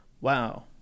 Wow